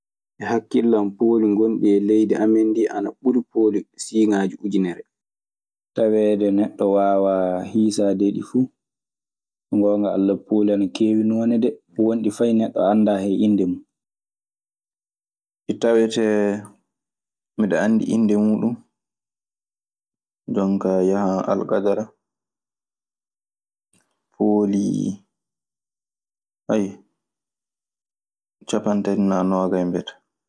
E hakillam poli ngodi e genndi a men di, ana buri poli si ngaji ujineere. Taweede neɗɗo waawaa hiisaade ɗi fuu. So ngoonga Alla, pooli ana keewi noone dee, won ɗi fay neɗɗo anndaa hay innde mun. Tawatee mbeɗa anndi innde muɗum jooni ka yahan alkadere pooli ayyi cappanɗe na noogas biyata.